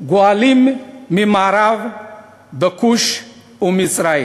"גולים במערב בכוש ומצרים,